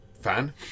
fan